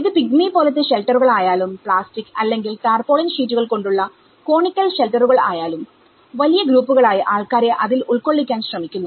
ഇത് പിഗ്മി പോലത്തെ ഷെൽട്ടറുകൾ ആയാലും പ്ലാസ്റ്റിക് അല്ലെങ്കിൽ ടാർപോളിൻ ഷീറ്റുകൾ കൊണ്ടുള്ള കോണിക്കൽ ഷെൽട്ടറുകൾ ആയാലും വലിയ ഗ്രൂപ്പുകളായി ആൾക്കാരെ അതിൽ ഉൾക്കൊള്ളിക്കാൻ ശ്രമിക്കുന്നു